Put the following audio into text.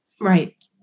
Right